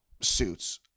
suits